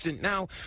Now